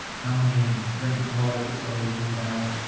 how many drinking water facilities do we have?